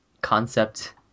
concept